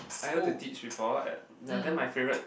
I went to teach before ya then my favorite